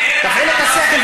תפעיל את השכל,